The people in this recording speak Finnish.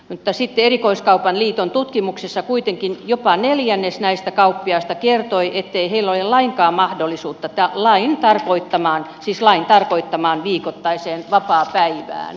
mutta sitten erikoiskaupan liiton tutkimuksessa kuitenkin jopa neljännes näistä kauppiaista kertoi ettei heillä ole lainkaan mahdollisuutta lain tarkoittamaan siis lain tarkoittamaan viikoittaiseen vapaapäivään